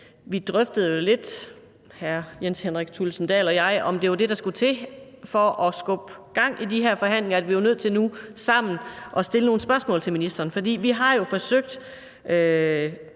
jo drøftede lidt, om det var det, der skulle til for at skubbe gang i de her forhandlinger, altså at vi var nødt til sammen at stille nogle spørgsmål til ministeren. For vi har jo forsøgt